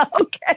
Okay